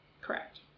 Correct